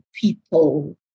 people